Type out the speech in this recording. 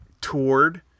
toured